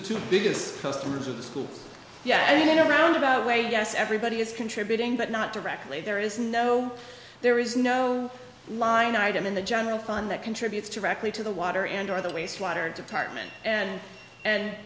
two biggest customers of the school yeah and a roundabout way yes everybody is contributing but not directly there is no there is no line item in the general fund that contributes to recreate to the water and or the waste water department and and